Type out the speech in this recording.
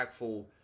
impactful